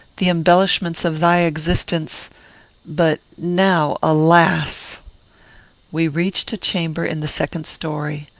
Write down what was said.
the embellishments of thy existence but now alas we reached a chamber in the second story.